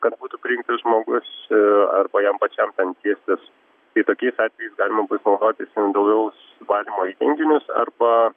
kad būtų prijungtas žmogus arba jam pačiam ten tiestis tai tokiais atvejais galima bus naudotis individualaus valymo įrenginius arba